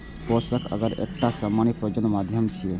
पोषक अगर एकटा सामान्य प्रयोजन माध्यम छियै